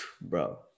bro